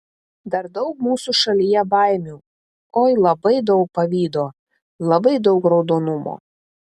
dar daug mūsų šalyje baimių oi labai daug pavydo labai daug raudonumo